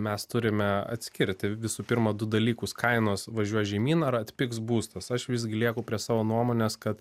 mes turime atskirti visų pirma du dalykus kainos važiuos žemyn ar atpigs būstas aš visgi lieku prie savo nuomonės kad